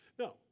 No